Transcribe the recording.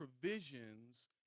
provisions